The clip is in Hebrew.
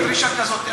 אין דרישה כזאת.